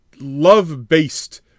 love-based